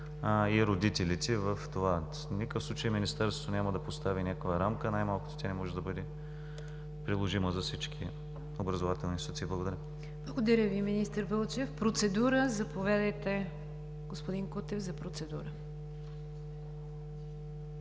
и родителите в това. В никакъв случай Министерството няма да постави някаква рамка, най-малкото тя не може да бъде приложима за всички образователни институции. Благодаря. ПРЕДСЕДАТЕЛ НИГЯР ДЖАФЕР: Благодаря Ви, Министър Вълчев. Процедура – заповядайте, господин Кутев, за процедура.